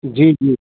जी जी